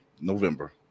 november